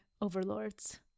overlords